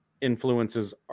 influences